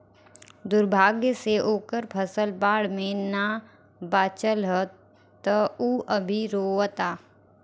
दुर्भाग्य से ओकर फसल बाढ़ में ना बाचल ह त उ अभी रोओता